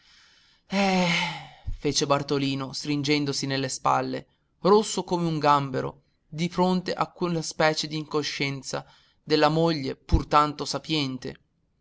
fece bartolino stringendosi nelle spalle rosso come un gambero di fronte a quella specie d'incoscienza della moglie pur tanto sapiente